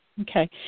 Okay